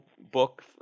book